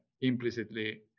implicitly